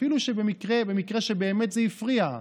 אפילו במקרה שבאמת זה הפריע,